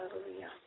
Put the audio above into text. Hallelujah